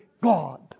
God